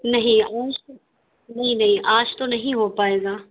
نہیں جی نہیں آج تو نہیں ہو پائے گا